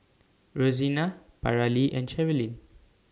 Rosina Paralee and Cherilyn